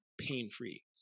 pain-free